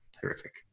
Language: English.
terrific